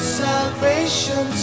salvation